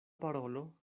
parolo